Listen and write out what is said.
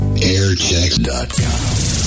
airchecks.com